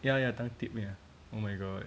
yeah yeah tougue tip yeah oh my god